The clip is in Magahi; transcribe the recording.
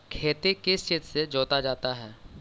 खेती किस चीज से जोता जाता है?